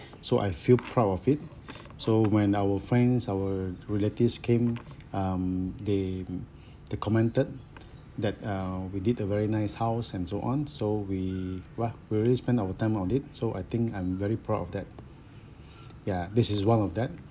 so I feel proud of it so when our friends our relatives came um they they commented that uh we did a very nice house and so on so we were we really spend our time on it so I think I'm very proud of that ya this is one of that